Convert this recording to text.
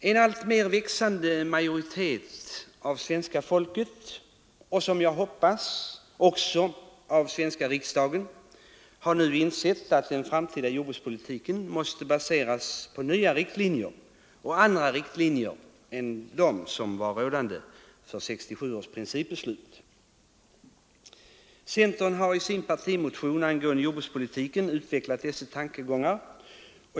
En växande majoritet av svenska folket och, som jag hoppas, av den svenska riksdagen har nu insett att den framtida jordbrukspolitiken måste baseras på andra riktlinjer än 1967 års principbeslut. Centern har i sin partimotion angående jordbrukspolitiken utvecklat dessa tankegångar.